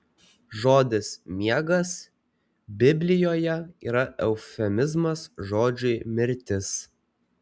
žodis miegas biblijoje yra eufemizmas žodžiui mirtis